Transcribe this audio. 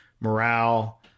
morale